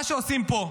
מה שעושים פה,